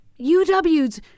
UWs